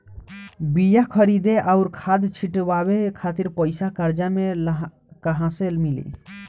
बीया खरीदे आउर खाद छिटवावे खातिर पईसा कर्जा मे कहाँसे मिली?